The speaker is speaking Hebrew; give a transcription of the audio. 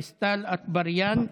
גלית דיסטל אטבריאן,